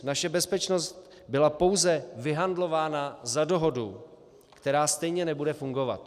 Naše bezpečnost byla pouze vyhandlována za dohodu, která stejně nebude fungovat.